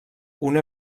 una